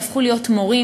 יהפכו להיות מורים,